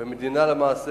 והמדינה למעשה